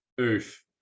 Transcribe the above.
Oof